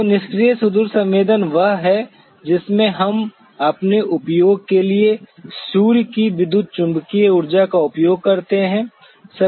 तो निष्क्रिय सुदूर संवेदन वह है जिसमें हम अपने उपयोग के लिए सूर्य की विद्युत चुम्बकीय ऊर्जा का उपयोग करते हैं